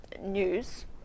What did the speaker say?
news